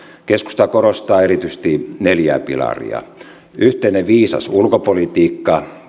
keskusta korostaa erityisesti neljää pilaria yhteinen viisas ulkopolitiikka